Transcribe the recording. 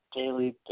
daily